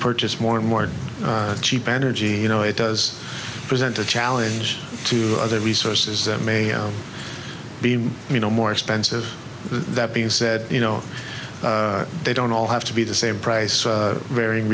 purchase more and more cheap energy you know it does present a challenge to other resources that may be you know more expensive that being said you know they don't all have to be the same price varying